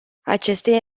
aceste